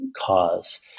cause